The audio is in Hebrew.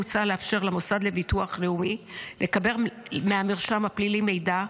מוצע לאפשר למוסד לביטוח לאומי לקבל מהמרשם הפלילי מידע,